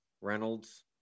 Reynolds